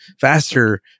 faster